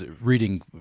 reading